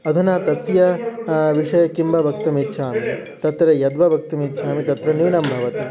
अधुना तस्य विषये किं वा वक्तुम् इच्छामि तत्र यद्वा वक्तुम् इच्छामि तत्र न्यूनं भवति